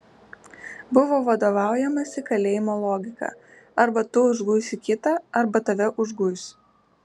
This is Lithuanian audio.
buvo vadovaujamasi kalėjimo logika arba tu užguisi kitą arba tave užguis